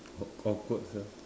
awk~ awkward sia